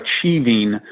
achieving